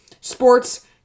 sports